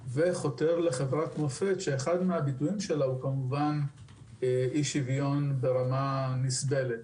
וחותר לחברת מופת שאחד מהביטויים שלה הוא כמובן אי שוויון ברמה נסבלת.